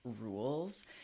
rules